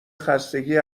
خستگی